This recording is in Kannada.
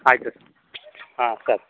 ಆಯಿತು ಹಾಂ ಸರ್